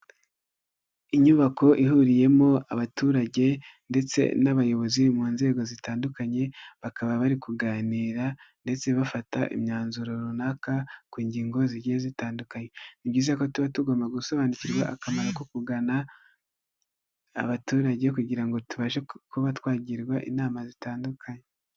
Inyubako ihuriyemo abaturage ndetse n'abayobozi mu nzego zitandukanye bakaba bari kuganira ndetse bafata imyanzuro runaka ku ngingo zigiye zitandukanye. Ni byiza ko tuba tugomba gusobanukirwa akamaro ko kugana abaturage kugira ngo tubashe kuba twagirwa inama zitandukanye.